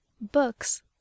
Books